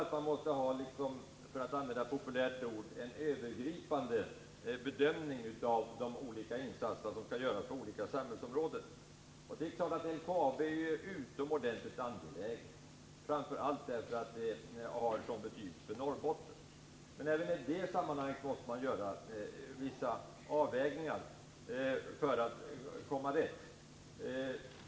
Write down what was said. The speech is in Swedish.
Därför måste man — för att använda ett populärt ord — göra en övergripande bedömning av de insatser som skall göras på olika samhällsområden. Det är klart att LKAB är utomordentligt angeläget, framför allt därför att det har sådan betydelse för Norrbotten. Men även i det sammanhanget måste man göra vissa avvägningar för att komma rätt.